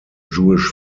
jewish